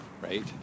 right